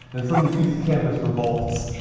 and suddenly east campus revolts.